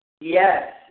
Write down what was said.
Yes